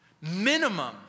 Minimum